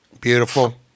Beautiful